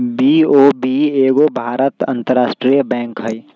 BOB एगो भारतीय अंतरराष्ट्रीय बैंक हइ